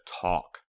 talk